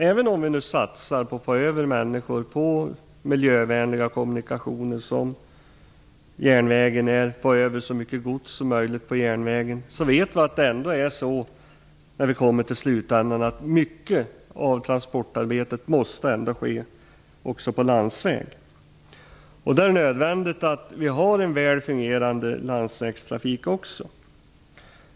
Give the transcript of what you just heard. Även om vi nu satsar på att få över så många människor och så mycket gods som möjligt till miljövänliga kommunikationer, som järnvägen, vet vi att det ändå är mycket av transportarbetet som i slutändan måste ske på landsväg. Då är det nödvändigt att man också har en väl fungerande landsvägstrafik.